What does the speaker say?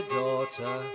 daughter